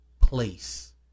place